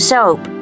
Soap